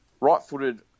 right-footed